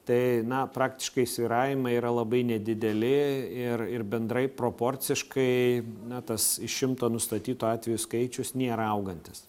tai na praktiškai svyravimai yra labai nedideli ir ir bendrai proporciškai na tas iš šimto nustatytų atvejų skaičius nėra augantis